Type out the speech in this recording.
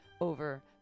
over